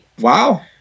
Wow